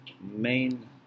main